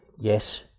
yes